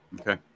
okay